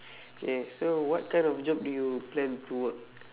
K so what kind of job do you plan to work